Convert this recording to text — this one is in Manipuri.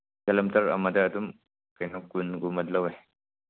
ꯀꯤꯂꯣꯃꯤꯇꯔ ꯑꯃꯗ ꯑꯗꯨꯝ ꯀꯩꯅꯣ ꯀꯨꯟꯒꯨꯝꯕꯗꯤ ꯂꯧꯋꯦ